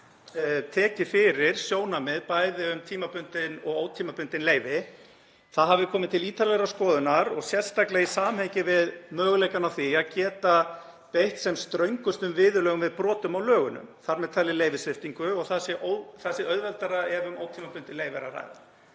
tekið fyrir sjónarmið um bæði tímabundin og ótímabundin leyfi. Það hafi komið til ítarlegrar skoðunar og sérstaklega í samhengi við möguleikann á því að geta beitt sem ströngustum viðurlögum við brotum á lögunum, þ.m.t. leyfissviptingu, og það sé auðveldara ef um ótímabundið leyfi er að ræða.